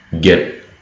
get